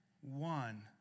one